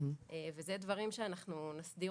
אלה דברים שאנחנו נסדיר